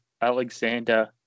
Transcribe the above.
Alexander